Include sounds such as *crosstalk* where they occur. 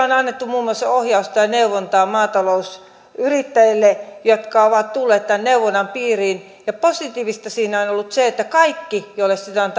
*unintelligible* on annettu muun muassa ohjausta ja neuvontaa maatalousyrittäjille jotka ovat tulleet tämän neuvonnan piiriin ja positiivista siinä on on ollut se että kaikki joille sitä on *unintelligible*